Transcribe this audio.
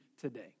today